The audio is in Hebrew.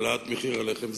העלאת מחיר הלחם.